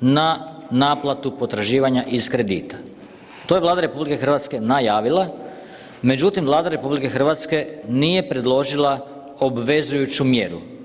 na naplatu potraživanja iz kredita, to je Vlada RH najavila međutim Vlada RH nije predložila obvezujuću mjeru.